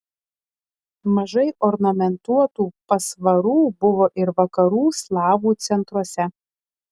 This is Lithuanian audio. mažai ornamentuotų pasvarų buvo ir vakarų slavų centruose